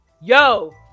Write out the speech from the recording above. yo